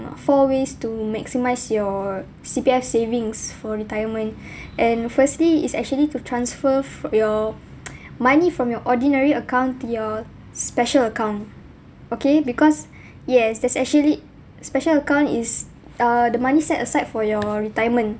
four ways to maximise your C_P_F savings for retirement and firstly is actually to transfer fro~ your money from your ordinary account to your special account okay because yes that's actually special account is uh the money set aside for your retirement